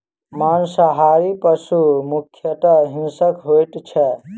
मांसाहारी पशु मुख्यतः हिंसक होइत छै